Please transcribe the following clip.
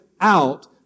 out